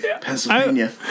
Pennsylvania